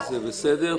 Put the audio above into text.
זה בסדר.